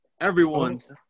Everyone's